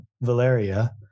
Valeria